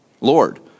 Lord